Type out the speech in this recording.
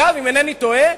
אגב, אם אינני טועה,